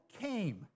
came